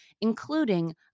including